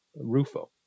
Rufo